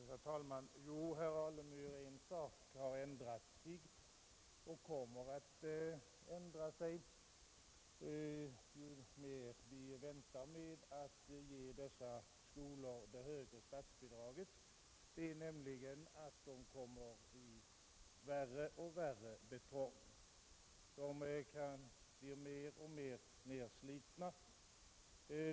Herr talman! Jo, herr Alemyr, en sak har ändrats och kommer att ändras ju mer vi väntar med att ge dessa skolor det högre statsbidraget. Det är att de kommer i värre och värre trångmål. De kan bli mer och mer nedslitna.